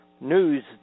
news